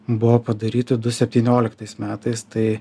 buvo padaryti du septynioliktais metais tai